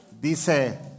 Dice